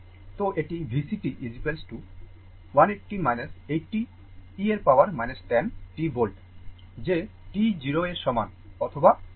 তো এটি VCt 180 80 e এর পাওয়ার 10 t volt যে t 0 এর সমান অথবা বরো